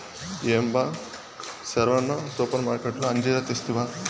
ఏం బా సెరవన సూపర్మార్కట్లో అంజీరా తెస్తివా